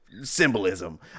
symbolism